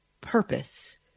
purpose